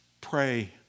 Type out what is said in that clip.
Pray